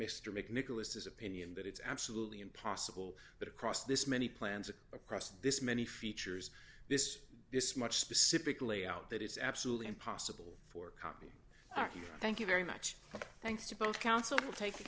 mr make nicholas his opinion that it's absolutely impossible that across this many plans of across this many features this this much specific layout that is absolutely impossible for copy thank you very much thanks to both counsel to take the